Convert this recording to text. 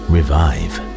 Revive